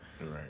Right